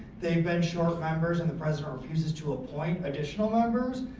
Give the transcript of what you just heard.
they've been short members and the president to appoint additional members.